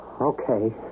Okay